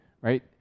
right